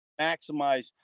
maximize